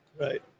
Right